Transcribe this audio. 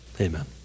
Amen